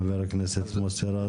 חבר הכנסת מוסי רז?